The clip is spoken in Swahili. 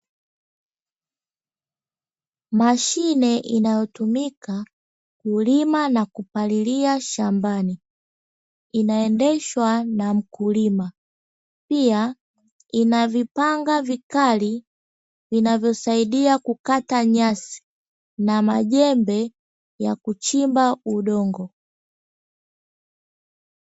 Mashine inayotumika kulima na kupalilia shambani, inaendeshwa na mkulima pia inavipanga vikali, vinavyosaidia kukata nyasi na majembe ya kuchimba udongo.